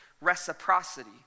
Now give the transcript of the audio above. reciprocity